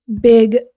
big